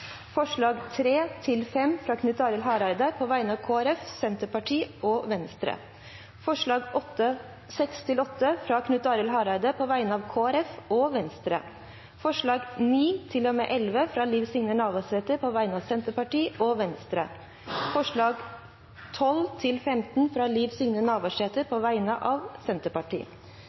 forslag. Det er forslagene nr. 1 og 2, fra Knut Arild Hareide på vegne av Kristelig Folkeparti, Senterpartiet, Venstre og Sosialistisk Venstreparti forslagene nr. 3–5, fra Knut Arild Hareide på vegne av Kristelig Folkeparti, Senterpartiet og Venstre forslagene nr. 6–8, fra Knut Arild Hareide på vegne av Kristelig Folkeparti og Venstre forslagene nr. 9–11, fra Liv Signe Navarsete på vegne av Senterpartiet og Venstre